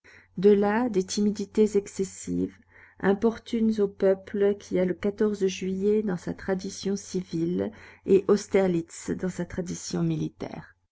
de là des timidités excessives importunes au peuple qui a le juillet dans sa tradition civile et austerlitz dans sa tradition militaire